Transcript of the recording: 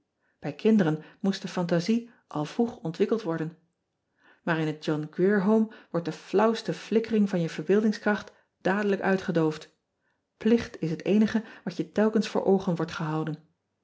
ij kinderen moest de fantasie al vroeg ontwikkeld worden aar in het ohn rier ome wordt de flauwste flikkering van je verbeeldingskracht dadelijk uitgedoofd licht is het eenige wat je telkens voor oogen wordt gehouden